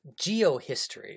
geohistory